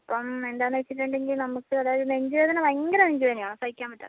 അപ്പോൾ എന്താന്ന് വെച്ചിട്ടുണ്ടെങ്കിൽ നമുക്ക് അതായത് നെഞ്ചുവേദന ഭയങ്കര നെഞ്ചുവേദനയാണോ സഹിക്കാൻ പറ്റാത്ത